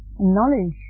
Knowledge